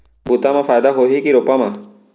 बुता म फायदा होही की रोपा म?